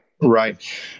Right